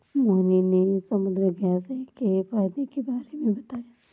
मोहिनी ने समुद्रघास्य के फ़ायदे के बारे में बताया